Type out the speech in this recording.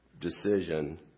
decision